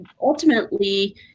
ultimately